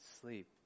sleep